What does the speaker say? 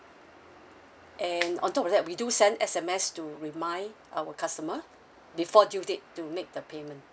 and on top of that we do send S_M_S to remind our customer before due date to make the payment